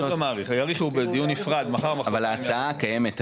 אבל ההצעה הקיימת היום,